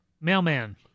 Mailman